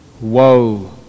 woe